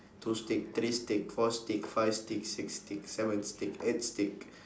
two stick three stick four stick five stick six stick seven stick eight stick